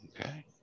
Okay